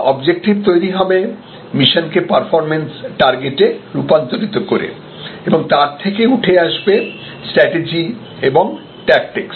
objective তৈরি হবে মিশনকে পারফরম্যান্স টার্গেটে রূপান্তরিত করে এবং তার থেকে উঠে আসে স্ট্র্যাটেজি এবং ট্যাক্টিকস